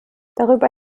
darüber